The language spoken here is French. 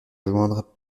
rejoindre